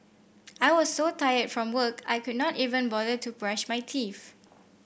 I was so tired from work I could not even bother to brush my teeth